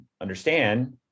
understand